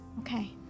Okay